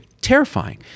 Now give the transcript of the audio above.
Terrifying